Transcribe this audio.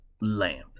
lamp